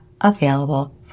available